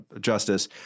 justice